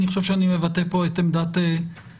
אני חושב שאני מבטא פה את עמדת חבריי,